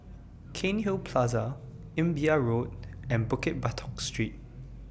Cairnhill Plaza Imbiah Road and Bukit Batok Street